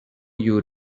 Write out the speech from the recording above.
you